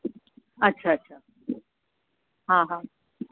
अच्छा अच्छा हा हा